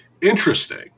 interesting